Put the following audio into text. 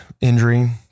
injury